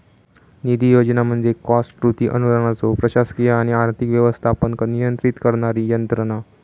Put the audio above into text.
निधी योजना म्हणजे कॉस्ट कृती अनुदानाचो प्रशासकीय आणि आर्थिक व्यवस्थापन नियंत्रित करणारी यंत्रणा